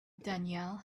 danielle